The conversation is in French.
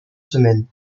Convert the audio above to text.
semaine